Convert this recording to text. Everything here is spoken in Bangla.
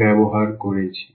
ব্যবহার করেছি